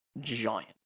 giant